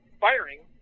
firing